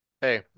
Hey